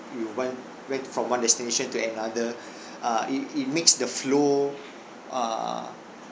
we want went from one destination to another uh it it makes the flow err